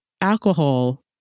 alcohol